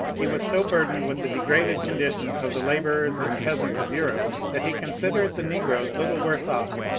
he was so burdened with the degraded condition of the labourers and peasants of europe that he considered the negroes little worse off,